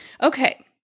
okay